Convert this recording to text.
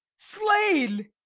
slain!